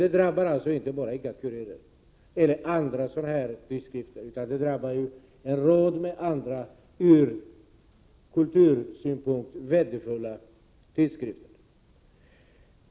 Det drabbar alltså inte bara ICA-Kuriren eller liknande tidskrifter, utan det drabbar en rad andra, från kultursynpunkt värdefulla tidskrifter.